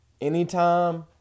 Anytime